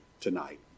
tonight